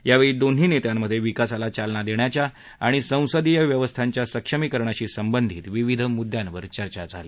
यावेळी दोन्ही नेत्यांमध्ये विकासाला चालना देण्याच्या आणि संसदीय व्यवस्थांच्या सक्षमीकरणाशी संबंधित विविध मुद्यांवर चर्चा झाली